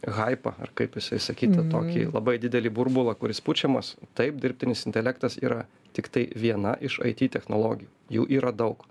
haipą ar kaip jisai sakyti tokį labai didelį burbulą kuris pučiamas taip dirbtinis intelektas yra tiktai viena iš aiti technologijų jų yra daug